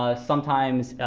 ah sometimes,